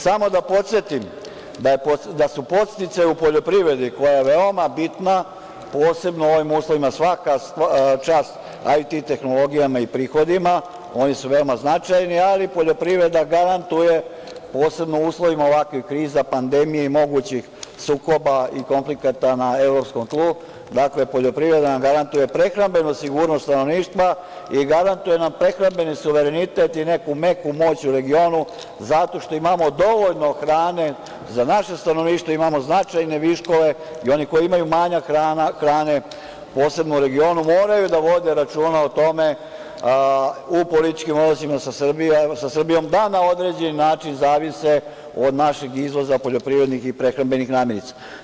Samo da podsetim da su podsticaji u poljoprivredi, koja je veoma bitna, posebno u ovim uslovima, svaka čast IT tehnologijama i prihodima, oni su veoma značajni, ali poljoprivreda garantuje, posebno u uslovima ovakvih kriza, pandemije i mogućih sukoba i konflikata na evropskom tlu, dakle, poljoprivreda nam garantuje prehrambenu sigurnost stanovništva i garantuje nam prehrambeni suverenitet i neku meku moć u regionu, zato što imamo dovoljno hrane za naše stanovništvo, imamo značajne viškove i oni koji imaju manjak hrane, posebno u regionu, moraju da vode računa o tome u političkim odnosima sa Srbijom, da na određeni način zavise od našeg izvoza poljoprivrednih i prehrambenih namirnica.